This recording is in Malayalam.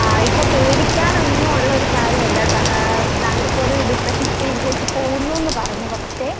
ആ ഇപ്പം പേടിക്കാനൊന്നും ഉള്ള ഒരു കാര്യം അല്ല കേട്ടോ താങ്കൾ ഇപ്പോൾ ഒരു ഡിപ്രെഷൻ സ്റ്റേജിലേക്ക് പോകുന്നു എന്ന് പറഞ്ഞു പക്ഷെ